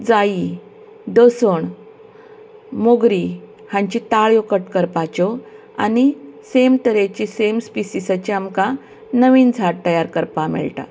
जाई दसण मोगरी हांची ताळयो कट करपाच्यो आनी सेम तरेचे सेम स्पिसीसाचें आमकां नवीन झाड तयार करपाक मेळटा